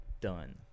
done